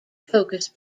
focused